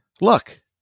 Look